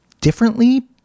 differently